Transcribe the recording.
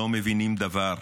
לא מבינים דבר.